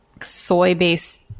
soy-based